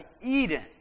Eden